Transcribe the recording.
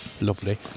Lovely